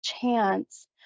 Chance